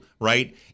right